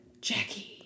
Jackie